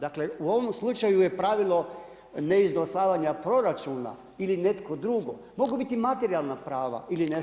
Dakle u ovom slučaju je pravilo ne izglasavanja proračuna ili netko drugo, mogu biti materijalna prava ili nešto treće.